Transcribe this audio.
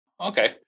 Okay